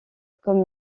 comme